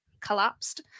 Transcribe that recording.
collapsed